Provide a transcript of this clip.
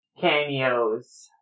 cameos